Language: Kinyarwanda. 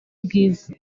bwiza